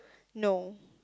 no